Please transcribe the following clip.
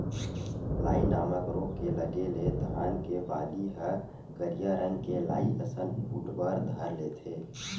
लाई नामक रोग के लगे ले धान के बाली ह करिया रंग के लाई असन फूट बर धर लेथे